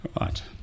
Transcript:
Right